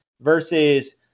versus